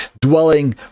dwelling